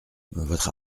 votre